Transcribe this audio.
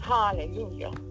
Hallelujah